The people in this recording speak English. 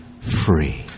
free